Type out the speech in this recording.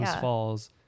falls